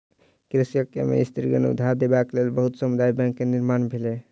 कृषक एवं स्त्रीगण के उधार देबक लेल बहुत समुदाय बैंक के निर्माण भेलै